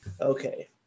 Okay